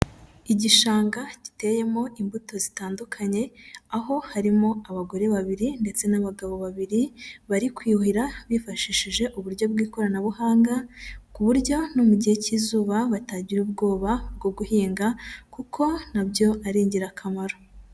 Igishanga giteyemo imbuto zitandukanye, aho harimo abagore babiri ndetse n'abagabo babiri, bari kuhira bifashishije uburyo bw'ikoranabuhanga, ku buryo no mu gihe cy'izuba batagira ubwoba bwo guhinga kuko na byo ari ingirakamaro.